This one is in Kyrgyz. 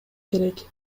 керек